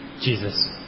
Jesus